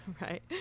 Right